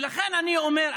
ולכן אני אומר,